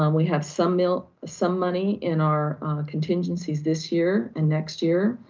um we have some mill, some money in our contingencies this year and next year,